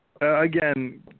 Again